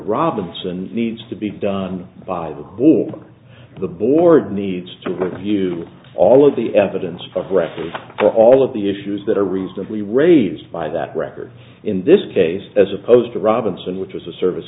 robinson needs to be done by the pool the board needs to review all of the evidence of record for all of the issues that are reasonably raised by that record in this case as opposed to robinson which is a service